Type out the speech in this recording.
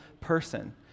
person